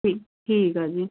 ਠੀ ਠੀਕ ਆ ਜੀ